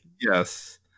Yes